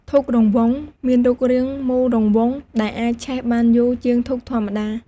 ធូបរង្វង់ មានរូបរាងមូលរង្វង់ ដែលអាចឆេះបានយូរជាងធូបធម្មតា។